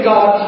God